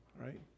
right